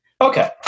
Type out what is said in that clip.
Okay